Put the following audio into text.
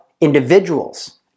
individuals